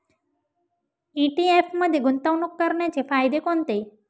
ETF मध्ये गुंतवणूक करण्याचे फायदे कोणते?